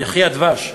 יחי הדבש.